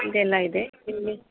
ಇದೆಲ್ಲ ಇದೆ ನಿಮಗೆ